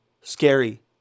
scary